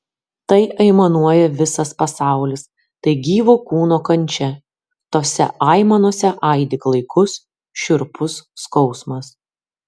tai aimanuoja visas pasaulis tai gyvo kūno kančia tose aimanose aidi klaikus šiurpus skausmas